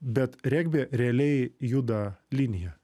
bet regbyje realiai juda linija